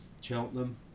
Cheltenham